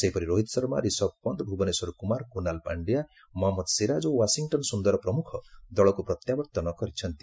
ସେହିପରି ରୋହିତ ଶର୍ମା ରିଷଭ ପନ୍ଥ ଭୁବନେଶ୍ୱର କୁମାର କୁନାଲ ପାଣ୍ଡିଆ ମହମ୍ମଦ ସିରାଜ୍ ଓ ୱାଶିଂଟନ ସୁନ୍ଦର ପ୍ରମୁଖ ଦଳକୁ ପ୍ରତ୍ୟାବର୍ତ୍ତନ କରିଛନ୍ତି